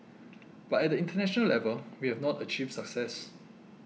but at the international level we have not achieved success